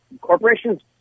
Corporations